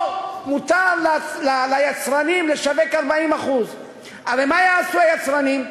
או שמותר ליצרנים לשווק 40%. הרי מה יעשו היצרנים?